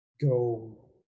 go